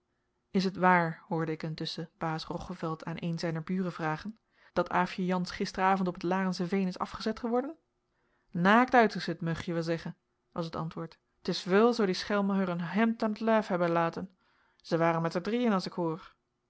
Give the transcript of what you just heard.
is het waar hoorde ik intusschen baas roggeveld aan een zijner buren vragen dat aafje jansz gisteravond op het larensche veen is afgezet eworden naakt uit'eschud meugje wel zeggen was het antwoord t is veul zoo die schelmen heur een hemd an t lijf hebben elaten zij waren met er drieën as ik hoor